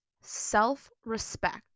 self-respect